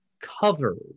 covered